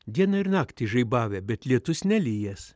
dieną ir naktį žaibavę bet lietus nelijęs